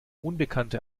unbekannte